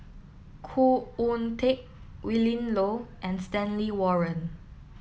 Khoo Oon Teik Willin Low and Stanley Warren